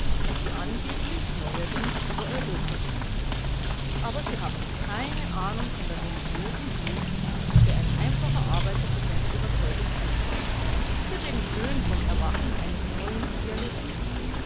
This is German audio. die angeblich neuerdings über europa geht aber sie haben keine ahnung von der religiösen glut mit der ein einfacher arbeiter für seine überzeugung kämpft sie reden schön vom erwachen eines neuen idealismus